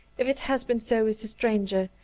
if it has been so with the stranger,